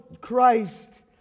Christ